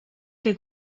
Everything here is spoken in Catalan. que